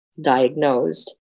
diagnosed